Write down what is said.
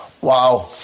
Wow